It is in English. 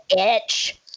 itch